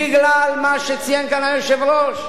בגלל מה שציין כאן היושב-ראש,